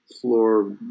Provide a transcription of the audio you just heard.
floor